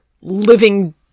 living